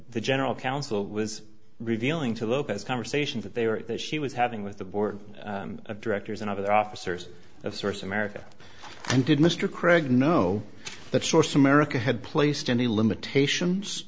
the general counsel was revealing to lopez conversation that they were that she was having with the board of directors and of the officers of source america and did mr craig know that source america had placed any limitations